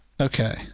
okay